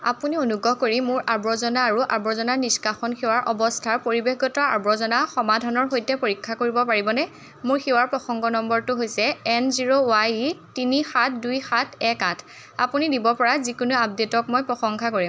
আপুনি অনুগ্ৰহ কৰি মোৰ আৱৰ্জনা আৰু আৱৰ্জনা নিষ্কাশন সেৱাৰ অৱস্থাৰ পৰিৱেশগত আৱৰ্জনা সমাধানৰ সৈতে পৰীক্ষা কৰিব পাৰিবনে মোৰ সেৱাৰ প্ৰসংগ নম্বৰটো হৈছে এন জিৰ' ৱাই ই তিনি সাত দুই সাত এক আঠ আপুনি দিব পৰা যিকোনো আপডে'টক মই প্ৰশংসা কৰিম